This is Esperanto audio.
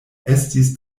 estis